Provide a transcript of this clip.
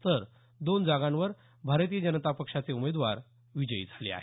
तर दोन जागांवर भारतीय जनता पक्षाचे उमेदवार विजयी झाले आहेत